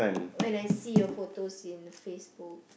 when I see your photos in Facebook